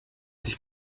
sich